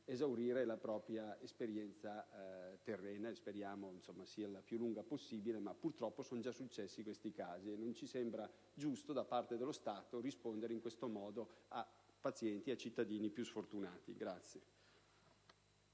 esaurire la propria esperienza terrena, che speriamo sia la più lunga possibile; ma purtroppo sono già successi questi casi e non ci sembra giusto da parte dello Stato rispondere in questo modo ai cittadini più sfortunati.